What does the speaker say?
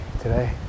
today